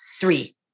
three